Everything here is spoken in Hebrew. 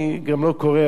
אני גם לא קורא,